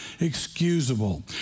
excusable